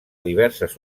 diverses